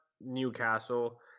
Newcastle